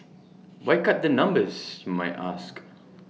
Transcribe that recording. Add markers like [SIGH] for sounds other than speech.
[NOISE] why cut the numbers you might ask